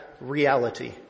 reality